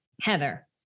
Heather